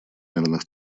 мирных